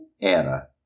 era